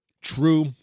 true